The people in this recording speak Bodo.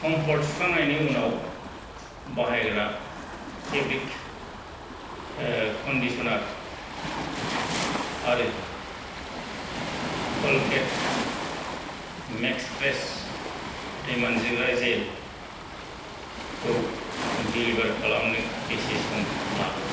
कम्फर्ट सुखांनायनि उनाव बाहायग्रा फेब्रिक ओह कन्दिस'नार आरो कलगेट मेक्स फ्रेस हाथाय मानजिग्रा जेल खौ डेलिबार खालामनो बेसे सम लागोन